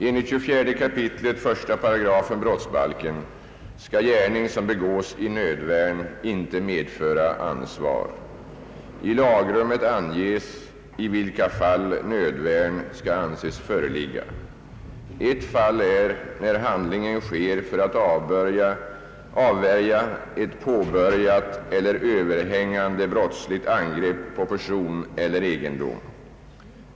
Enligt 24 kap. 1 8 brottsbalken skall gärning som begås i nödvärn inte medföra ansvar. I lagrummet anges i vilka fall nödvärn skall anses föreligga. Ett fall är när handlingen sker för att avvärja ett påbörjat eiler överhängande brottsligt angrepp på person eller egendom.